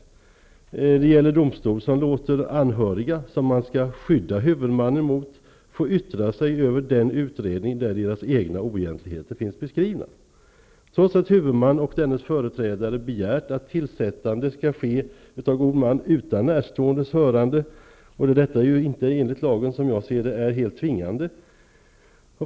Det gäller då domstol som låter anhöriga, som man skall skydda huvudmannen mot, få yttra sig över den utredning där deras egna oegentligheter finns beskrivna -- trots att huvudman och dennes företrädare begärt att tillsättande av god man skall ske utan närståendes hörande. Som jag ser det är detta enligt lagen inte helt tvingande.